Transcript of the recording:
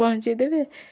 ପହଞ୍ଚାଇଦେବେ